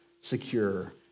secure